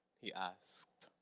he asked.